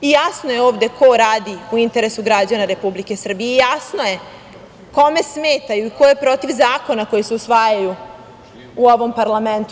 I jasno je ovde ko radi u interesu građana Republike Srbije i jasno je kome smetaju i ko je protiv zakona koji se usvajaju u ovom parlamentu.